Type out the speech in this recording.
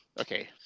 Okay